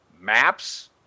maps